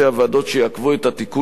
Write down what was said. שיעכבו את התיקון כולו.